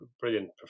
brilliant